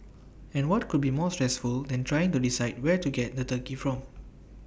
and what could be more stressful than trying to decide where to get the turkey from